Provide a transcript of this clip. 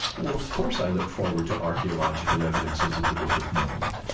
well, of course i look forward to archeological evidences of the book of mormon.